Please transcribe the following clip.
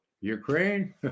Ukraine